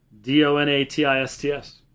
D-O-N-A-T-I-S-T-S